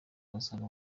uhasanga